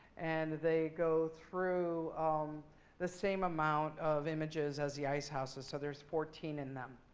and they go through um the same amount of images as the ice houses. so there's fourteen in them.